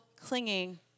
clinging